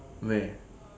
where